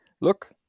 look